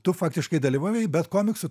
tu faktiškai dalyvavai bet komiksų